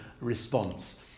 response